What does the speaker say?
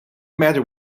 matter